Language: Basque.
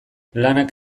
lanak